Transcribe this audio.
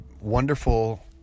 Wonderful